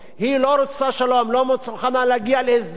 היא לא רוצה שלום, לא מוכנה להגיע להסדר.